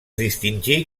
distingí